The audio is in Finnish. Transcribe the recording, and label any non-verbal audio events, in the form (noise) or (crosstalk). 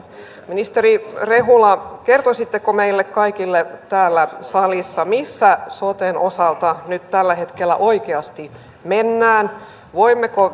ministeri rehula kertoisitteko meille kaikille täällä salissa missä soten osalta nyt tällä hetkellä oikeasti mennään voimmeko (unintelligible)